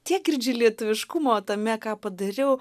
tiek girdžiu lietuviškumo tame ką padariau